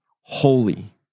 holy